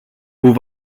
που